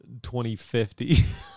2050